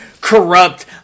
corrupt